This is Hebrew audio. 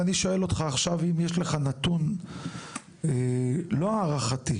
ואני שואל אותך עכשיו אם יש לך נתון לא הערכתי.